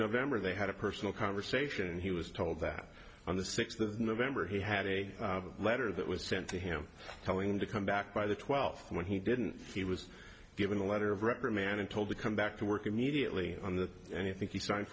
november they had a personal conversation and he was told that on the sixth of november he had a letter that was sent to him telling him to come back by the twelfth when he didn't he was given a letter of reprimand and told to come back to work immediately on that and i think he signed